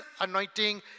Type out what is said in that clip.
anointing